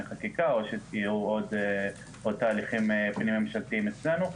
חקיקה או שיהיו עוד תהליכים פנים ממשלתיים אצלנו.